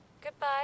Goodbye